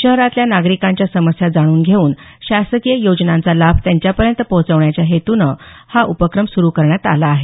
शहरातल्या नागरिकांच्या समस्या जाणून घेऊन शासकीय योजनांचा लाभ त्यांच्यापर्यंत पोहचविण्याच्या हेतूने हा उपक्रम सुरू करण्यात आला आहे